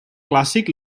clàssic